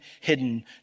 hidden